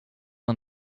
won